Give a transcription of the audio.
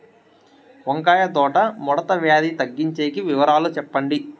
వంకాయ తోట ముడత వ్యాధి తగ్గించేకి వివరాలు చెప్పండి?